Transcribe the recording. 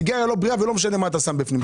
סיגריה היא לא בריאה ולא משנה מה אתה שם בפנים.